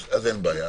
אין בעיה.